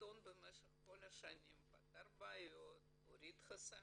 העיתון במשך כל השנים פתר בעיות, הוריד חסמים,